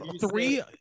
three